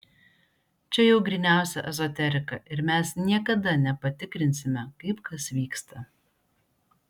čia jau gryniausia ezoterika ir mes niekada nepatikrinsime kaip kas vyksta